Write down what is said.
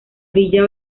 villa